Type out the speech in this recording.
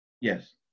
Yes